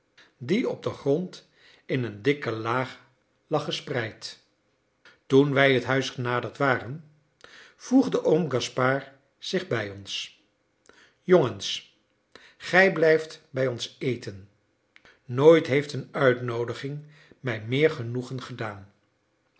die op den grond in een dikke laag lag gespreid toen wij het huis genaderd waren voegde oom gaspard zich bij ons jongens gij blijft bij ons eten nooit heeft een uitnoodiging mij meer genoegen gedaan